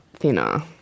thinner